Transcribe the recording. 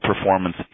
performance